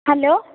hello